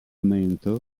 mentor